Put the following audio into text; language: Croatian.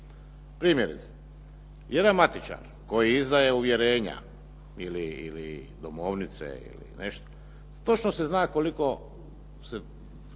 Primjerice, jedan matičar koji izdaje uvjerenja ili domovnice ili nešto, točno se zna koliko mu